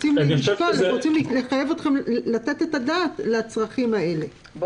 אמצעים לצורך הנגשה במוסדות החינוך.